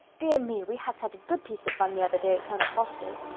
dear me! we had such a good piece of fun the other day at colonel forster's.